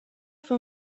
fue